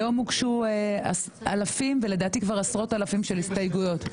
היום הוגשו אלפים ולדעתי כבר עשרות אלפים של הסתייגויות.